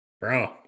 Bro